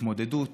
ההתמודדות